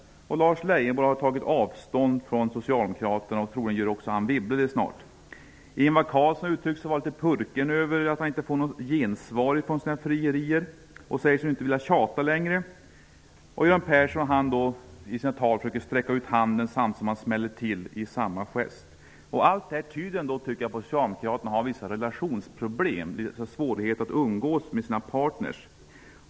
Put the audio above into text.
Lars Leijonborg har tagit avstånd från Socialdemokraterna, och Anne Wibble kommer troligen också att göra det snart. Ingvar Carlsson säger sig vara purken över att han inte får något gensvar på sina frierier och vill inte tjata längre. Göran Persson försöker i sina anföranden sträcka ut handen, samtidigt som han smäller till i samma gest. Allt det här tyder på att Socialdemokraterna har vissa relationsproblem, vissa svårigheter att umgås med sina partner.